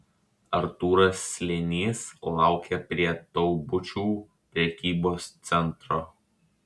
artūras slėnys laukė prie taubučių prekybos centro